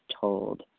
told